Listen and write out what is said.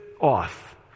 off